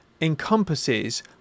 encompasses